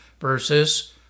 versus